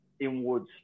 inwards